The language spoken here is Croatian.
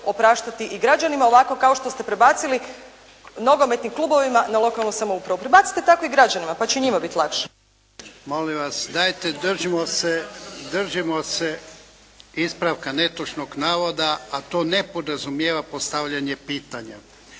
opraštati i građanima ovako kao što ste prebacili nogometnim klubovima na lokalnu samoupravu. Prebacite tako i građanima, pa će i njima biti lakše. **Jarnjak, Ivan (HDZ)** Molim vas! Dajte držimo se ispravka netočnog navoda, a to ne podrazumijeva postavljanje pitanja.